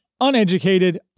uneducated